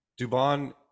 Dubon